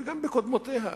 וגם בקודמותיה,